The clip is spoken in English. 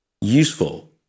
useful